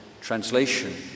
translation